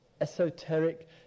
esoteric